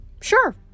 sure